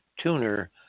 tuner